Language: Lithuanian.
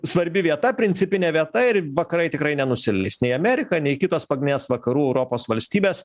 svarbi vieta principinė vieta ir vakarai tikrai nenusileis nei amerika nei kitos pagrindinės vakarų europos valstybės